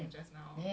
ya